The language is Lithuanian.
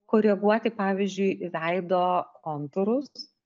koreguoti pavyzdžiui veido kontūrus